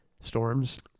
storms